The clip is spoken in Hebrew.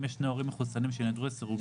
אם יש שני הורים מחוסנים ששהו לסירוגין,